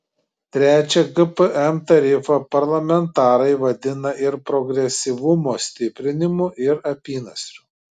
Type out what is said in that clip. trečią gpm tarifą parlamentarai vadina ir progresyvumo stiprinimu ir apynasriu